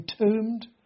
entombed